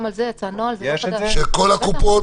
גם על זה יצא נוהל --- של כל הקופות?